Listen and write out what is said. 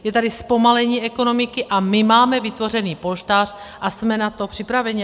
Je tady zpomalení ekonomiky a my máme vytvořen polštář a jsme na to připraveni.